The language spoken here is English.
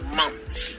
months